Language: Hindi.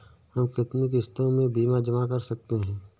हम कितनी किश्तों में बीमा जमा कर सकते हैं?